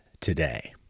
today